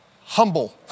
Humble